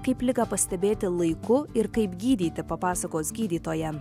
kaip ligą pastebėti laiku ir kaip gydyti papasakos gydytoja